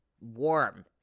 warm